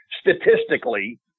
Statistically